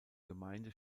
gemeinde